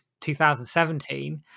2017